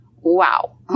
Wow